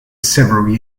several